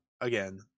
again